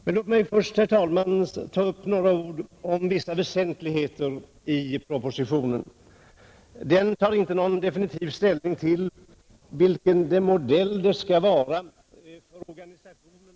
Men låt mig först, herr talman, säga några ord om vissa väsentligheter i propositionen. Den tar inte någon definitiv ställning till vilken modell det skall vara för organisationen av företagshälsovården. Departementschefen anför fyra olika möjligheter.